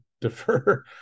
defer